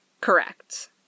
Correct